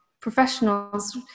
professionals